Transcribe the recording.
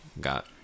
Got